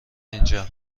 اینجا